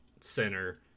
center